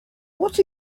what